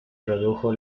produjo